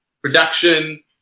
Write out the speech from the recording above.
production